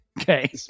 Okay